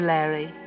Larry